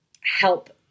help